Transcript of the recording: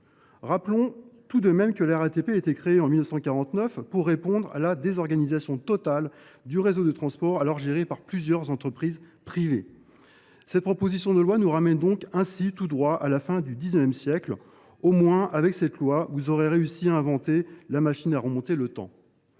Rappelons le, la RATP a été créée en 1949 pour répondre à la désorganisation totale du réseau de transports, alors géré par plusieurs entreprises privées. Cette proposition de loi nous ramène ainsi tout droit à la fin du XIX siècle. Au moins, avec ce texte, vous aurez réussi à inventer la machine à remonter le temps